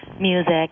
music